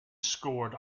scored